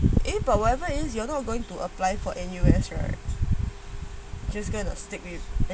eh but whatever it is you're not going to apply for N_U_S right just going to stick to